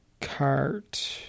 cart